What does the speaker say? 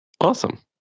Awesome